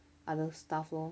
other stuff lor